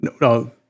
no